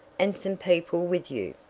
and some people with you.